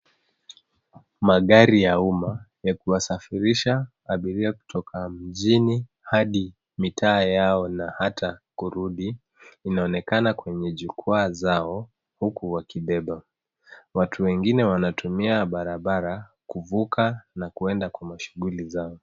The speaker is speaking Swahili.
Magari ya umma ya kuwasafirisha abiria kutoka mjini hadi mitaa yao na hata kurudi inaonekana kwenye jukwaa zao huku waki beba. Watu wengine wanatumia barabara kuvuka na kuenda kwa mashughuli zao.